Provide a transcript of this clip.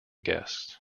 guests